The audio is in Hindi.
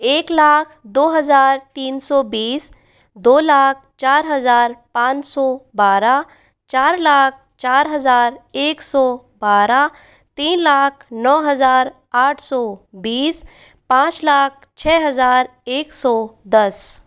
एक लाख दो हज़ार तीन सौ बीस दो लाख चार हज़ार पाँच सौ बारह चार लाख चार हज़ार एक सौ बारह तीन लाख नौ हज़ार आठ सौ बीस पाँच लाख छः हज़ार एक सौ दस